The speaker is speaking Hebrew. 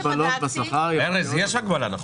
יש הגבלה.